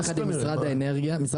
יחד עם משרד האנרגיה,